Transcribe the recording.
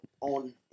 on